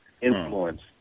influence